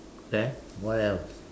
then what else